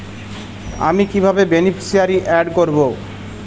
আমি কিভাবে beneficiary add করব?